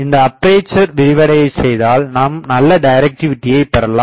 இந்த அப்பேசரை விரிவடையசெய்தால் நாம் நல்ல டைரக்டிவிடியை பெறலாம்